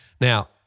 Now